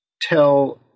tell